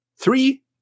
Three